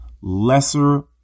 lesser